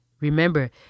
Remember